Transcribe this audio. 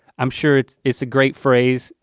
i'm sure it's it's a great phrase,